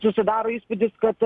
susidaro įspūdis kad